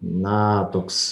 na toks